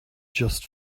just